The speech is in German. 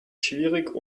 schwierig